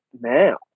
now